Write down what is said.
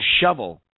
shovel